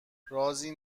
رازی